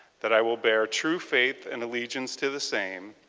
that i will bear true faith in allegiance to the same,